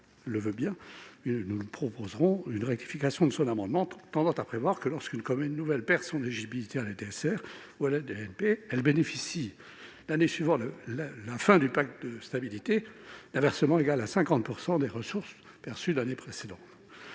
donc à Mme Gatel une rectification de son amendement tendant à prévoir que, lorsqu'une commune nouvelle perd son éligibilité à la DSR ou à la DNP, elle bénéficie, l'année suivant la fin du pacte de stabilité, d'un versement égal à 50 % des ressources perçues l'année précédente.